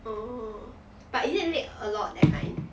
oh but is it late a lot that kind